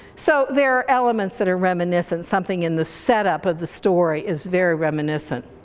so there are elements that are reminiscent, something in the set up of the story is very reminiscent.